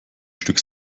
stück